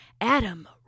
Adam